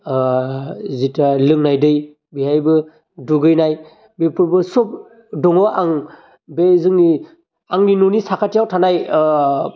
जेतुवा लोंनाय दै बेहायबो दुगैनाय बेफोरबो सब दङ आं बे जोंनि आंनि न'नि साखाथियाव थानाय